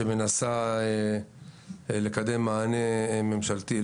שמנסה לקדם מענה ממשלתי,